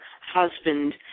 husband